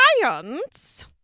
science